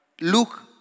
look